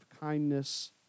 kindness